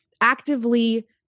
actively